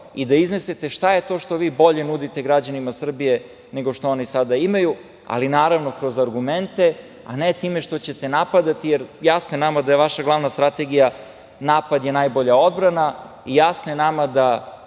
i da iznesete šta je to što bolje nudite građanima Srbije, nego što oni sada imaju, ali naravno kroz argumente, a ne time što ćete napadati. Jasno je nama da je vaša glavna strategije – napad je najbolja odbrana. Jasno je nama da